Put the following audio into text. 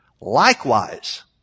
Likewise